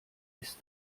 ist